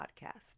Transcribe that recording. podcast